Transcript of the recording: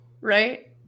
right